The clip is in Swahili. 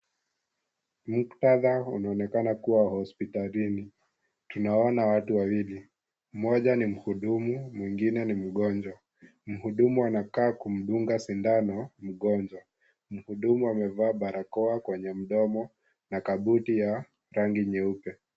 Muktadha unaonekana kuwa hospitalini,. Tunaona watu wawili, mmoja ni muhudumu mwingine ni mgonjwa. Muhudumu anakaa kumdunga sindano mgonjwa. Muhudumu amevaa barakoa kwenye mdomo na kabuti ya rangi nyeupe.